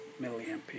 milliampere